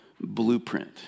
blueprint